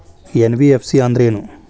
NBFC ಅಂದ್ರೇನು?